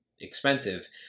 expensive